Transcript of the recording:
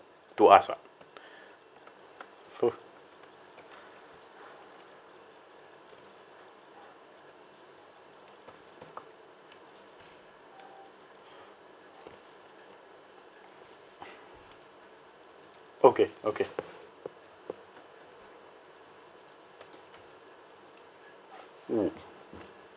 to us what so okay okay mm